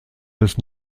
des